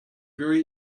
very